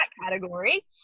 category